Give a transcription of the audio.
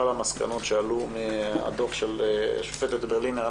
לגבי המסקנות שעלו מהדוח של השופטת ברלינר,